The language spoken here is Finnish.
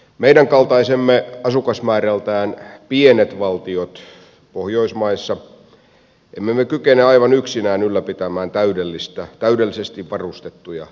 meidän kaltaisemme asukasmäärältään pienet valtiot pohjoismaissa eivät kykene aivan yksinään ylläpitämään täydellisesti varustettuja asevoimia